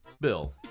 Bill